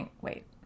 wait